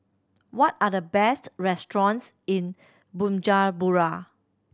what are the best restaurants in Bujumbura